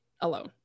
alone